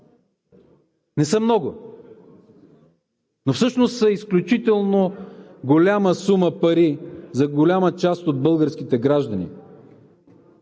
Не са много, но всъщност са изключително голяма сума пари за голяма част от българските граждани.